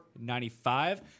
95